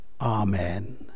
Amen